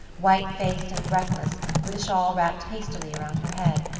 white faced and breathless, with a shawl wrapped hastily around her head.